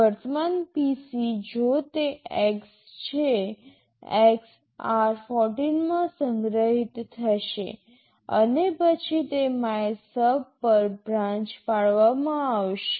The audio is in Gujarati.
વર્તમાન PC જો તે X છે X r14 માં સંગ્રહિત થશે અને પછી તે MYSUB પર બ્રાન્ચ પાડવામાં આવશે